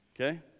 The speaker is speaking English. Okay